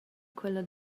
quella